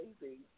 amazing